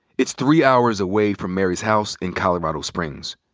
it's three hours away from mary's house in colorado springs.